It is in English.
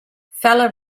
feller